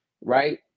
right